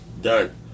Done